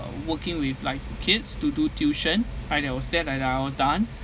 working with like kids to do tuition and I was done